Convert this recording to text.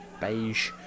beige